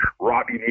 Robbie